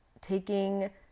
taking